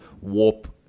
warp